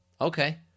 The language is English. Okay